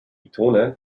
betone